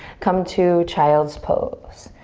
come to child's pose.